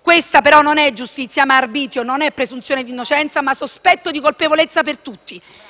Questa però non è più giustizia, ma arbitrio, non è presunzione di innocenza, ma sospetto di colpevolezza per tutti.